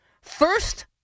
First